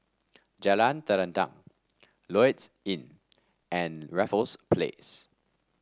Jalan Terentang Lloyds Inn and Raffles Place